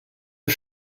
you